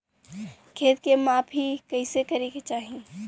खेत के माफ़ी कईसे करें के चाही?